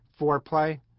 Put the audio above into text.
foreplay